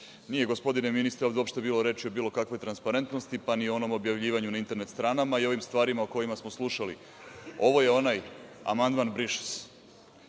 Gospodine ministre, ovde uopšte nije bilo reči o bilo kakvoj transparentnosti, pa ni o onom objavljivanju na internet stranama i o ovim stvarima o kojima smo slušali. Ovo je onaj amandman – briše